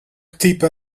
type